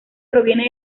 proviene